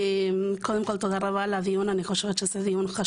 קודם כול, תודה על הדיון החשוב,